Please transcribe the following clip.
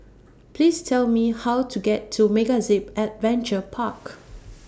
Please Tell Me How to get to MegaZip Adventure Park